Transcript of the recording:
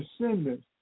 descendants